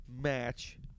match